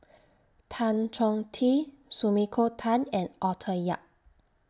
Tan Chong Tee Sumiko Tan and Arthur Yap